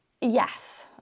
Yes